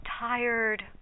tired